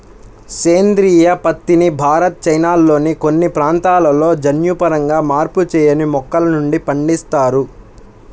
సేంద్రీయ పత్తిని భారత్, చైనాల్లోని కొన్ని ప్రాంతాలలో జన్యుపరంగా మార్పు చేయని మొక్కల నుండి పండిస్తారు